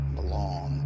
belong